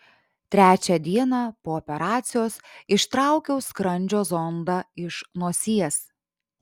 trečią dieną po operacijos ištraukiau skrandžio zondą iš nosies